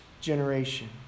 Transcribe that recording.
generation